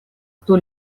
кто